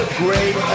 great